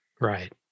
Right